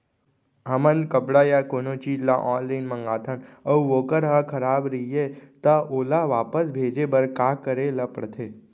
हमन कपड़ा या कोनो चीज ल ऑनलाइन मँगाथन अऊ वोकर ह खराब रहिये ता ओला वापस भेजे बर का करे ल पढ़थे?